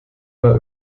war